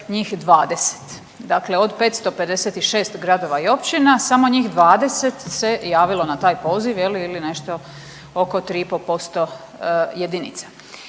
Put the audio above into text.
njih 20. Dakle, od 556 gradova i općina samo njih 20 se javilo na taj poziv je li ili nešto oko 3 i